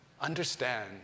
Understand